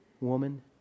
woman